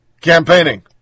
campaigning